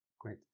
Great